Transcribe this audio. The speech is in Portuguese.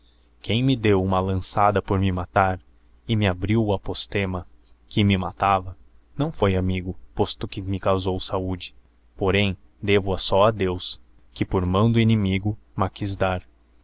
quem me deo huma lançada por me matar e me abrio o apostema que me matava não foi amigo posto que me causou saúde porém devo a só a deos que por mão do inimigo ma quiz dar